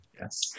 Yes